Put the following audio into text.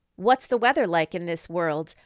what's the weather like in this world?